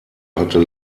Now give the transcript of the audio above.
hatte